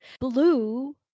blue